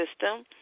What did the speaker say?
System